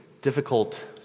difficult